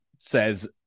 says